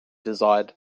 desired